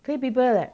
three people leh